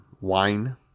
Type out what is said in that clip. wine